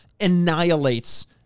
annihilates